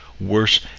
worse